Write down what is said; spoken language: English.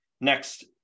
Next